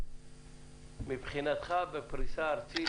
מבחינתך בפריסה ארצית,